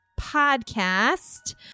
podcast